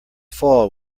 fall